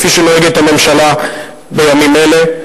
כפי שנוהגת הממשלה בימים אלה.